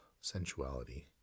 sensuality